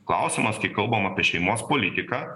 klausimas kai kalbam apie šeimos politiką